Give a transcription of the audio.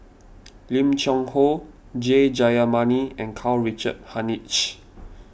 Lim Cheng Hoe K Jayamani and Karl Richard Hanitsch